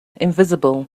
invisible